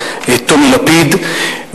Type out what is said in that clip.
טומי לפיד,